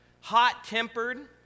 hot-tempered